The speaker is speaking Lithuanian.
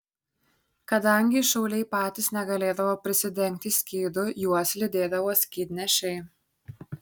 kadangi šauliai patys negalėdavo prisidengti skydu juos lydėdavo skydnešiai